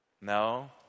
No